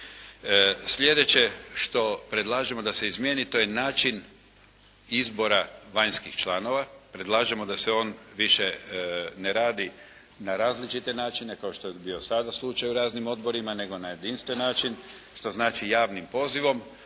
Sljedeće što predlažemo da se izmijeni, to je način izbora vanjskih članova, predlažemo da se on više ne radi na različite načine kao što bio sada slučaj u raznim odborima nego na jedinstven način, što znači javnim pozivom,